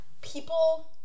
people